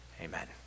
Amen